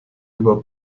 über